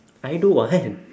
I don't want